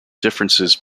differences